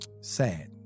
Sad